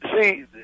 see